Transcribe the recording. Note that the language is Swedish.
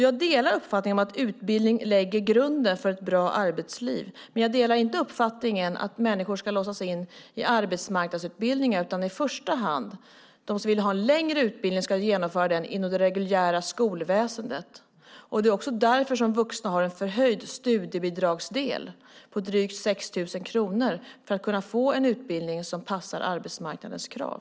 Jag delar uppfattningen att utbildning lägger grunden för ett bra arbetsliv, men jag delar inte uppfattningen att människor ska låsas in i arbetsmarknadsutbildningar. I första hand ska de som vill ha en längre utbildning genomföra den inom det reguljära skolväsendet. Vuxna har en förhöjd studiebidragsdel, drygt 6 000 kronor, för att kunna få en utbildning som passar arbetsmarknadens krav.